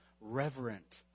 reverent